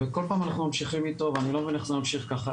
וכל פעם אנחנו ממשיכים איתו ואני לא מבין איך זה ממשיך ככה.